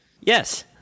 Yes